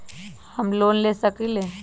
हम लोन ले सकील?